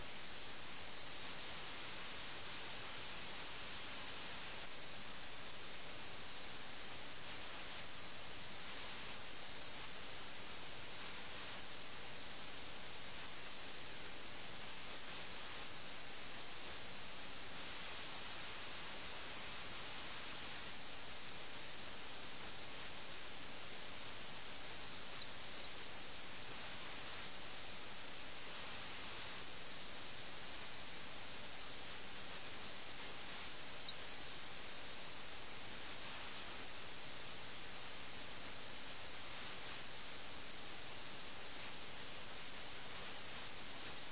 അതുകൊണ്ട് ഞാൻ ചൂണ്ടിക്കാണിച്ചതുപോലെ അവിടെ ധാരാളം സങ്കടകരമായ കാര്യങ്ങൾ സംഭവിക്കുന്നു പ്രഭുക്കന്മാർ അവരുടെ കളിയിൽ മുഴുകി ഇരിക്കുകയും ലഖ്നൌവിലെ ജനങ്ങൾ അവരുടെ സുഖലോലുപതയിൽ മുങ്ങുകയും ചെയ്യുമ്പോൾ രാജാവിനെ ഇംഗ്ലീഷ് ഈസ്റ്റ് ഇന്ത്യാ കമ്പനി പിടിച്ച് കൊണ്ടുപോകുന്നു ആഖ്യാതാവ് ജനങ്ങളുടെ ഭീരുത്വത്തെക്കുറിച്ച് ഓർത്ത് വിലപിക്കുന്നു